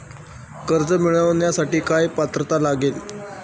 कर्ज मिळवण्यासाठी काय पात्रता लागेल?